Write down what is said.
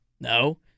No